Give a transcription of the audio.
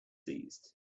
seized